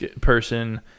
person